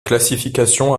classification